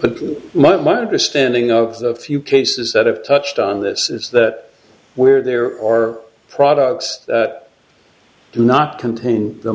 but my monitor standing of the few cases that i've touched on this is that where there are products do not contain the